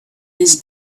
his